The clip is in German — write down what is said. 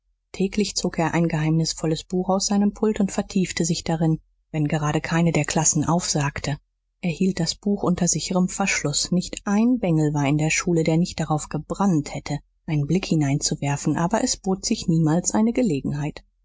täglich zog er ein geheimnisvolles buch aus seinem pult und vertiefte sich darin wenn gerade keine der klassen aufsagte er hielt das buch unter sicherem verschluß nicht ein bengel war in der schule der nicht darauf gebrannt hätte einen blick hineinzuwerfen aber es bot sich niemals eine gelegenheit